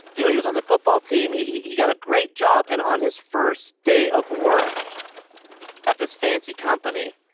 you know he was on the football team. he he got a great job, and on his first day of work at this fancy company,